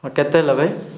ହଁ କେତେ ହେଲା ଭାଇ